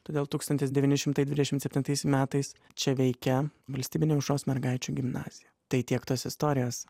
todėl tūkstantis devyni šimtai dvidešimt septintais metais čia veikia valstybinė aušros mergaičių gimnazija tai tiek tos istorijos